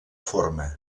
forma